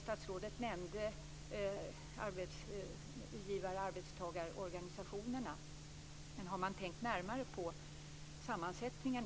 Statsrådet nämnde arbetsgivar och arbetstagarorganisationerna, men har man tänkt närmare på sammansättningen?